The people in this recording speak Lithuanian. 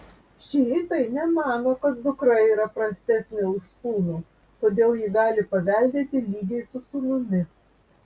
šiitai nemano kad dukra yra prastesnė už sūnų todėl ji gali paveldėti lygiai su sūnumi